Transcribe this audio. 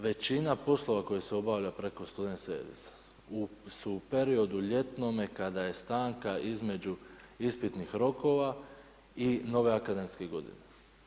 Većina poslova koji se obavlja preko student servisa, u periodu ljetnome kada je stanka između ispitnih rokova i nove akademske godine.